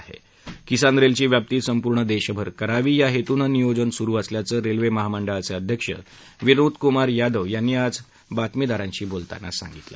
किसान rail ची व्याप्ती संपूर्ण देशभर करावी या हेतुनं नियोजन सुरु असल्याचं रेल्वे महामंडळाचे अध्यक्ष विनोद कुमार यादव यांनी आज वार्ताहारांशी बोलताना सांगितलं